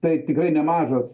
tai tikrai nemažas